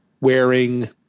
wearing